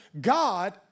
God